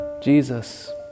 Jesus